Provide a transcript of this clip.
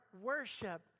worship